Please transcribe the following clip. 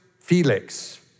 Felix